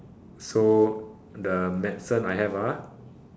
so the medicine I have ah